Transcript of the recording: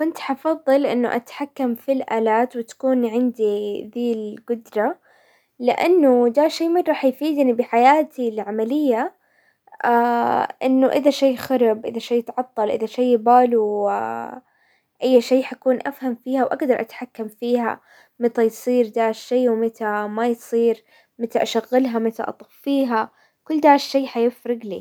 كنت حفضل انه اتحكم في الالات وتكون عندي ذي القدرة، لانه دا شي مرة حيفيدني بحياتي العملية، لانه اذا شي خرب، اذا شي يتعطل، اذا شي باله اي شي، حكون فيها واقدر اتحكم فيها متى يصير دا الشي ومتى ما يصير، متى اشغلها، متى اطفيها، كل دا الشي حيفرق لي.